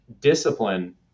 discipline